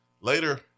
later